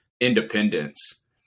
independence